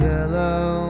Yellow